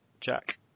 Jack